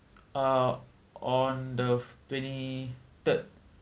ah on the twenty third